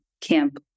camp